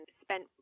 spent